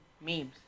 Memes